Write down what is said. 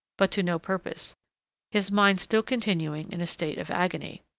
but to no purpose his mind still continuing in a state of agony.